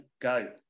go